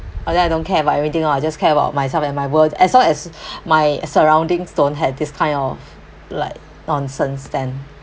oh then I don't care about everything loh I just care about myself and my world as long as my surrounding don't had this kind of like nonsense that